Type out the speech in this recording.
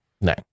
No